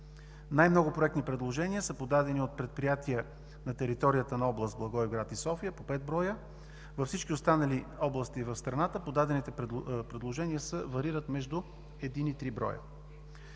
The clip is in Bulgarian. Най-много проектни предложения са подадени от предприятия на територията на област Благоевград и София – по 5 броя. Във всички останали области на страната подадените предложения варират между един и три броя.